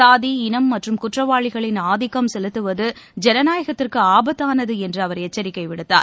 சாதி இனம் பணம் மற்றும் குற்றவாளிகள் ஆதிக்கம் செலுத்துவது ஜனநாயகத்துக்குஆபத்தானதுஎன்றுஅவர் எச்சரிக்கைவிடுத்தார்